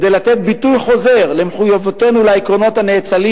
כדי לתת ביטוי חוזר למחויבותנו לעקרונות הנאצלים